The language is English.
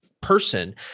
person